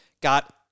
got –